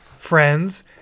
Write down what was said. Friends